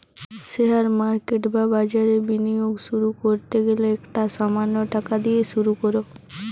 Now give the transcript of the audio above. share market বা বাজারে বিনিয়োগ শুরু করতে গেলে একটা সামান্য টাকা দিয়ে শুরু করো